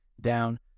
down